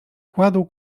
kładł